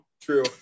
true